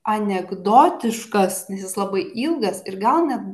anekdotiškas nes labai ilgas ir gal net